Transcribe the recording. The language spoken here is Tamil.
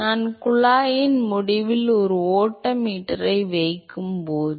எனவே நான் குழாயின் முடிவில் ஒரு ஓட்ட மீட்டரை வைக்கும்போது